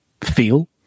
feel